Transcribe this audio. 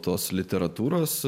tos literatūros